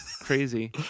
crazy